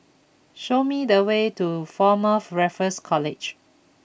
show me the way to Former Raffles College